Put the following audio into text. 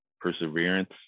perseverance